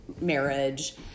marriage